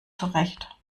zurecht